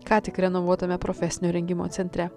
ką tik renovuotame profesinio rengimo centre